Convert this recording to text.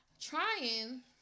Trying